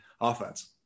offense